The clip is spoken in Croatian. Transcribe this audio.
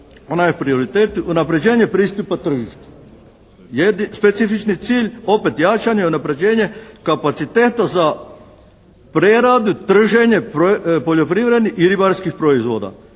ona je prioritet unapređenje pristupa tržištu, specifični cilj opet jačanja i unapređenje kapaciteta za preradu, trženje poljoprivrednih i ribarskih proizvoda.